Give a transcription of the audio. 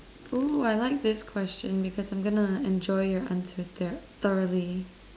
oo I like this question because I'm going to enjoy your answer tho~ thoroughly